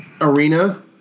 arena